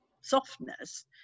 softness